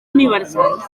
universals